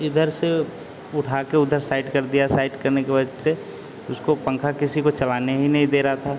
इधर से उठाके उधर साइड कर दिया साइड करने के बाद से उसको पंखा किसी को चलाने ही नहीं दे रहा था